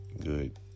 good